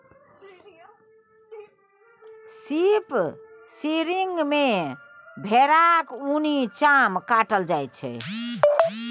sheep shearing मे भेराक उनी चाम काटल जाइ छै